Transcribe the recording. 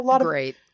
great